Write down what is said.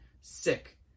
sick